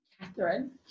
Catherine